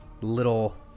little